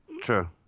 true